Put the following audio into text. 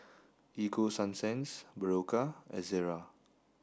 Ego Sunsense Berocca and Ezerra